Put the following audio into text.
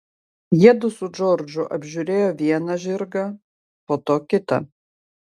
jiedu su džordžu apžiūrėjo vieną žirgą po to kitą